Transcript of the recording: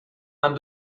aan